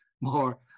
more